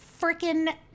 freaking